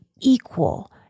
equal